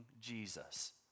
Jesus